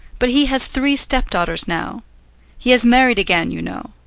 but he has three stepdaughters now he has married again, you know.